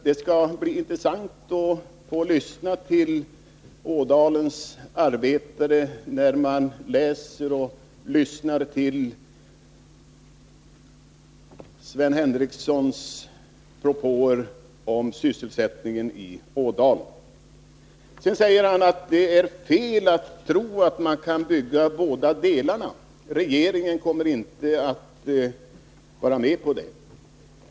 Det skall bli intressant att få lyssna till Ådalens arbetare när de läser och lyssnar till Sven Henricssons propåer om sysselsättningen i Ådalen. Sedan säger han att det är fel att tro att man kan bygga båda delarna, att regeringen inte kommer att vara med på det.